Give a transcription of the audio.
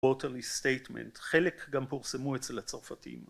ווטרלי סטייטמנט חלק גם פורסמו אצל הצרפתים